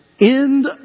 end